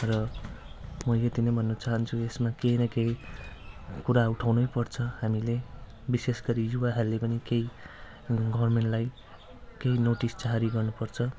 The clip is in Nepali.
र म यति नै भन्नु चाहान्छु यसमा केही न केही कुरा उठाउनै पर्छ हामीले बिशेष गरी युवाहरूले पनि केही गभर्मेन्टलाई केही नोटिस जारी गर्नुपर्छ